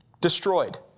Destroyed